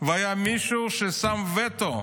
והיה מישהו ששם וטו,